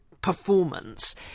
performance